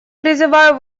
призываю